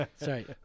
Sorry